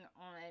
on